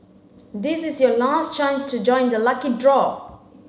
this is your last chance to join the lucky draw